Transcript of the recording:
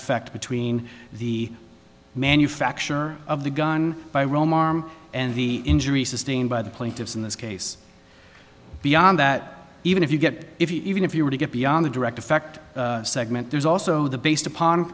effect between the manufacture of the gun and the injury sustained by the plaintiffs in this case beyond that even if you get it even if you were to get beyond the direct effect segment there's also the based upon